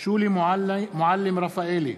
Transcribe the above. שולי מועלם-רפאלי,